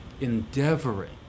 endeavoring